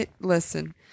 Listen